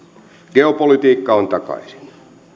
geopolitiikka on tullut takaisin